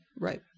Right